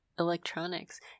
Electronics